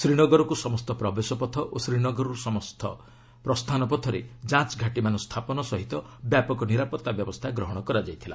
ଶ୍ରୀନଗରକୁ ସମସ୍ତ ପ୍ରବେଶ ପଥ ଓ ଶ୍ରୀନଗରୁ ସମସ୍ତ ପ୍ରସ୍ଥାନ ପଥରେ ଯାଞ୍ଚ ଘାଟିମାନ ସ୍ଥାପନ ସହ ବ୍ୟାପକ ନିରାପତ୍ତା ବ୍ୟବସ୍ଥା ଗ୍ରହଣ କରାଯାଇଥିଲା